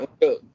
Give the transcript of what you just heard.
go